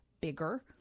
bigger